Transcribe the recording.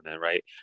right